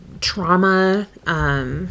trauma